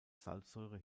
salzsäure